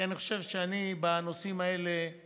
כי אני חושב שבנושאים האלה אני